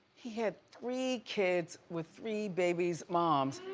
he had three kids with three baby's moms.